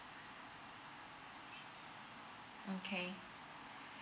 okay